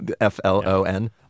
F-L-O-N